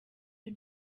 you